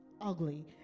ugly